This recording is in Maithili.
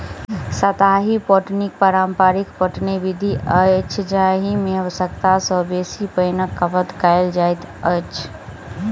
सतही पटौनी पारंपरिक पटौनी विधि अछि जाहि मे आवश्यकता सॅ बेसी पाइनक खपत कयल जाइत अछि